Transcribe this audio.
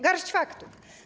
Garść faktów.